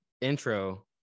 intro